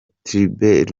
tribert